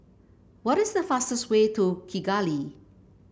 what is the fastest way to Kigali